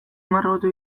margotu